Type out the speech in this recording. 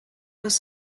was